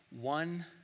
one